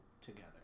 together